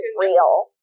real